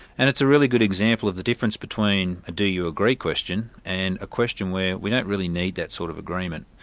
and it's a really good example of the difference between a do you agree question, and a question where we don't really need that sort of agreement.